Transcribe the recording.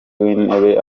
w’intebe